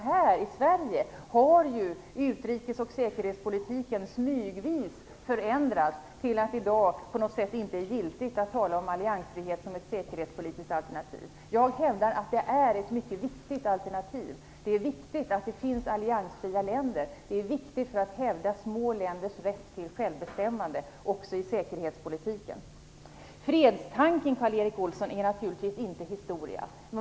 Här i Sverige har utrikes och säkerhetspolitiken smygvis förändrats. I dag är det på något sätt inte giltigt att tala om alliansfrihet som ett säkerhetspolitiskt alternativ. Jag hävdar att det är ett mycket viktigt alternativ. Det är viktigt att det finns alliansfria länder. Det är viktigt för att hävda små länders rätt till självbestämmande också i säkerhetspolitiken. Fredstanken, Karl Erik Olsson, är naturligtvis inte historia.